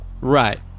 right